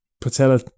patella